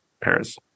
Paris